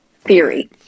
theory